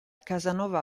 casanova